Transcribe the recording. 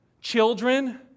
children